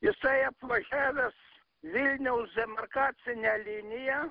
jisai apvažiavęs vilniaus demarkacinę liniją